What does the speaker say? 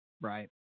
Right